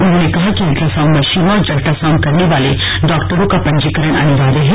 उन्होंने कहा कि अल्ट्रासाउण्ड मशीनों और अल्ट्रासाउण्ड करने वाले डॉक्टरों का पंजीकरण अनिवार्य है